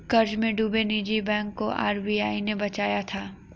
कर्ज में डूबे निजी बैंक को आर.बी.आई ने बचाया था